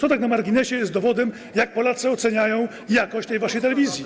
To tak na marginesie jest dowodem, jak Polacy oceniają jakość tej waszej telewizji.